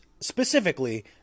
specifically